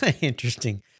interesting